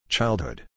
Childhood